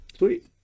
sweet